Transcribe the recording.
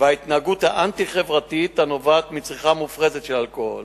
וההתנהגות האנטי-חברתית הנובעות מצריכה מופרזת של אלכוהול,